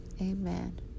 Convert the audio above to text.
amen